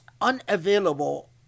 unavailable